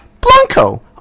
Blanco